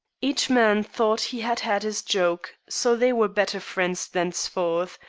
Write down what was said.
each man thought he had had his joke, so they were better friends thenceforth,